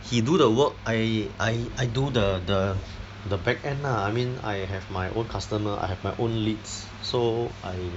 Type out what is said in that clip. he do the work I I I do the the the back end lah I mean I have my own customer I have my own leads so I